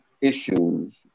issues